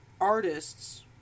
artists